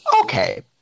Okay